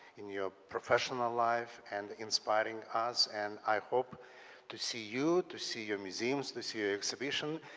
in your professional life, and inspiring us. and i hope to see you, to see your museums, to see your exhibition,